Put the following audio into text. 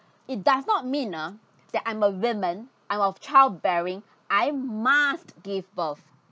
it does not mean ah that I'm a women I'm of childbearing I must gave birth